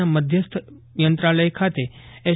ના મધ્યસ્થ યંત્રાલય ખાતે એસ